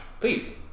Please